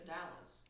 Dallas